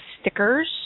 stickers